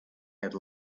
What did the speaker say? had